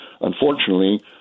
unfortunately